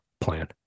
plan